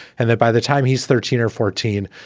and that by the time he's thirteen or fourteen.